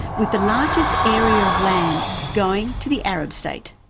with the largest area of land going to the arab state.